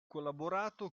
collaborato